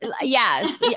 Yes